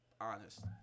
honest